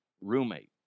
roommate